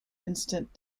instant